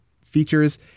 features